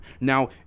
Now